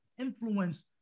influence